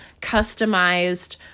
customized